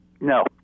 No